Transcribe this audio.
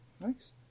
Nice